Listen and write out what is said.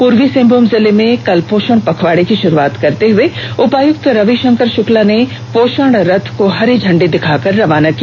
पूर्वी सिंहमूम जिले में कल पोषण पखवाड़ा की शुरूआत करते हुए उपायुक्त रविशंकर शुक्ला ने पोषण रथ को हरी झंडी दिखाकर रवाना किया